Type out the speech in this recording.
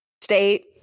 state